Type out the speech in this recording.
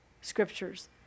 scriptures